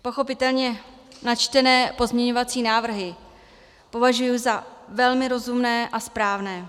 Pochopitelně načtené pozměňovací návrhy považuji za velmi rozumné a správné.